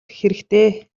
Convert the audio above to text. хэрэгтэй